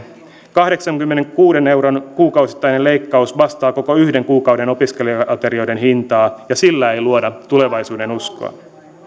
kahdeksankymmenenkuuden euron kuukausittainen leikkaus vastaa koko yhden kuukauden opiskelija aterioiden hintaa sillä ei luoda tulevaisuudenuskoa